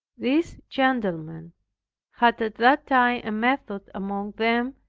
these gentlemen had at that time a method among them,